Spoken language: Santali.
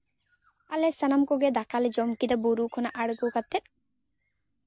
ᱟᱞᱮ ᱥᱟᱱᱟᱢ ᱠᱚᱜᱮ ᱫᱟᱠᱟᱞᱮ ᱡᱚᱢ ᱠᱮᱫᱟ ᱵᱩᱨᱩ ᱠᱷᱚᱱᱟᱜ ᱟᱬᱜᱚ ᱠᱟᱛᱮ